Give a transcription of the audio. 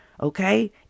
okay